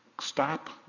Stop